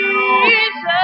Jesus